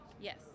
Yes